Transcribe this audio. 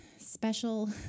special